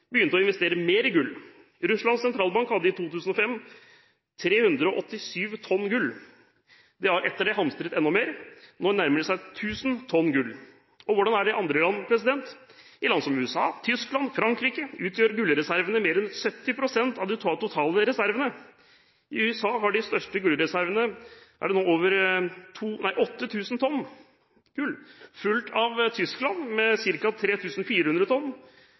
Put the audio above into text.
begynte å investere mer i gull. Russlands sentralbank hadde i 2005 387 tonn gull. De har etter det hamstret enda mer. Nå nærmer de seg 1 000 tonn gull. Hvordan er det i andre land? I land som USA, Tyskland og Frankrike utgjør gullreservene mer enn 70 pst. av de totale reservene. USA har de største gullreservene med over 8 000 tonn gull, fulgt av Tyskland med ca. 3 400 tonn.